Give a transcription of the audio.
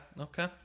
Okay